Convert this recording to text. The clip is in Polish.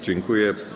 Dziękuję.